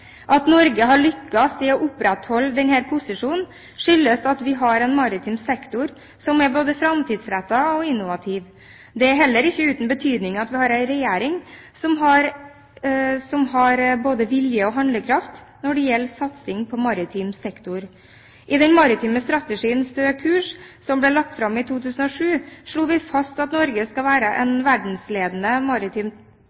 At Norge har lyktes i å opprettholde denne posisjonen, skyldes at vi har en maritim sektor som både er framtidsrettet og innovativ. Det er heller ikke uten betydning at vi har en regjering som både har vilje og handlekraft når det gjelder satsing på maritim sektor. I den maritime strategien «Stø kurs», som ble lagt fram i 2007, slo vi fast at Norge skal være